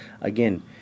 Again